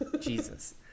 Jesus